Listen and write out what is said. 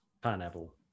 Pineapple